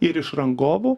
ir iš rangovų